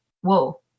Whoa